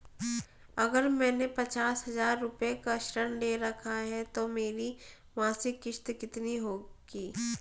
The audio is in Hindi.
अगर मैंने पचास हज़ार रूपये का ऋण ले रखा है तो मेरी मासिक किश्त कितनी होगी?